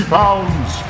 pounds